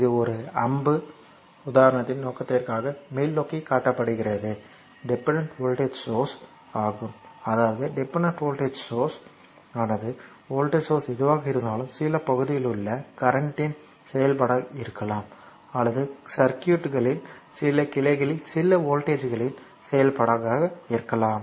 இது ஒரு அம்பு உதாரணத்தின் நோக்கத்திற்காக மேல்நோக்கி காட்டப்படுகிறது டிபெண்டன்ட் வோல்டேஜ் சோர்ஸ் ஆகும் அதாவது டிபெண்டன்ட் வோல்ட்டேஜ் சோர்ஸ் ஆனது வோல்டேஜ் எதுவாக இருந்தாலும் சில பகுதியிலுள்ள கரண்ட் ன் செயல்பாடாக இருக்கலாம் அல்லது சர்க்யூட்களின் சில கிளைகளில் சில வோல்ட்டேஜ்யின் செயல்பாடாக இருக்கலாம்